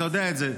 אתה יודע את זה,